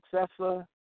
successor